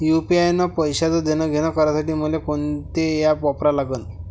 UPI न पैशाचं देणंघेणं करासाठी मले कोनते ॲप वापरा लागन?